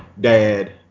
dad